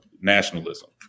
nationalism